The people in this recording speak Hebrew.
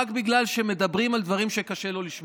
רק בגלל שמדברים על דברים שקשה לו לשמוע.